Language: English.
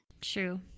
True